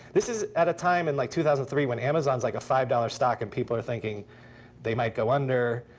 this is at a time in like two thousand and three when amazon's like a five dollars stock and people are thinking they might go under.